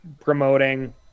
promoting